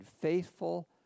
faithful